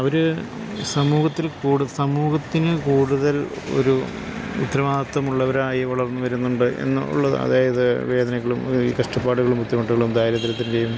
അവർ സമൂഹത്തിൽ സമൂഹത്തിന് കൂടുതൽ ഒരു ഉത്തരവാദിത്വമുള്ളവരായി വളർന്നുവരുന്നുണ്ട് എന്നുള്ള അതായത് വേദനകളും ഈ കഷ്ടപ്പാടുകളും ബുദ്ധിമുട്ടുകളും ദാരിദ്ര്യത്തിൻ്റെയും